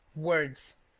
words!